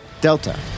Delta